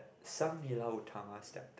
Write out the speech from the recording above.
Sang-Nila-Utama stepped on